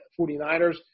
49ers